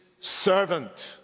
servant